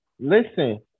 Listen